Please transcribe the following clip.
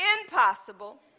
impossible